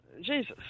Jesus